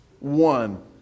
one